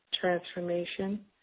transformation